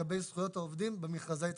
לגבי זכויות העובדים במכרזי התקשרות.